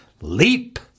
leap